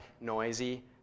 noisy